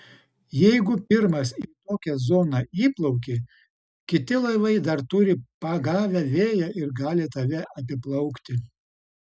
jeigu pirmas į tokią zoną įplauki kiti laivai dar turi pagavę vėją ir gali tave apiplaukti